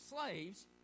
slaves